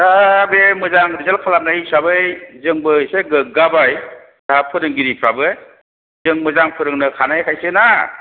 दा बे मोजां रिसाल्ट खालामनाय हिसाबै जोंबो एसे गोग्गाबाय स्टाफ फोरोंगिरिफ्राबो जों मोजां फोरोंनो हानायखायसोना